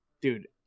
dude